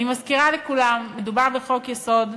אני מזכירה לכולם, מדובר בחוק-יסוד,